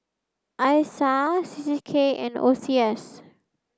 Isa C C K and O C S